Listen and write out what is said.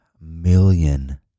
million